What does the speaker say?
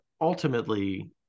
ultimately